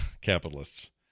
capitalists